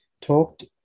talked